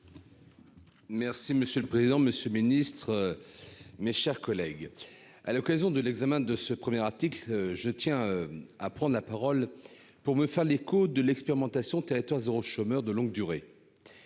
Merci monsieur le président, monsieur ministre, mes chers collègues, à l'occasion de l'examen de ce premier article, je tiens à prendre la parole pour me faire l'écho de l'expérimentation territoire zéro, chômeur de longue durée,